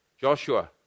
Joshua